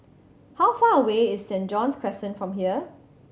how far away is Saint John's Crescent from here